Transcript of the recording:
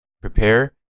prepare